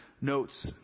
notes